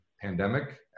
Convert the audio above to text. pandemic